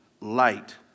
light